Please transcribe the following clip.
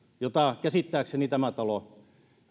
jota käsittääkseni tämä talo